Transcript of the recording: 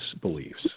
beliefs